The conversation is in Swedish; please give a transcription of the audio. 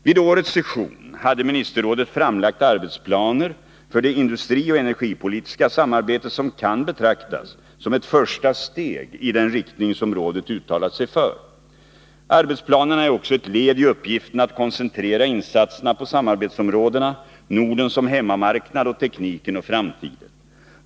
Vid årets session hade ministerrådet framlagt arbetsplaner för det industrioch energipolitiska samarbetet, som kan betraktas som ett första steg i den riktning som rådet uttalat sig för. Arbetsplanerna är också ett led i uppgiften att koncentrera insatserna på samarbetsområdena Norden som hemmamarknad och Tekniken och framtiden.